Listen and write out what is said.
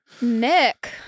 Nick